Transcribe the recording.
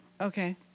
Okay